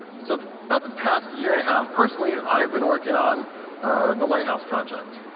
so but the past year and a half, personally i've been working on the lighthouse project.